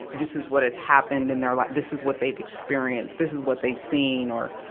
this is what has happened in their life, this is what they've experienced, this is what they've seen, or,